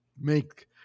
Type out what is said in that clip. make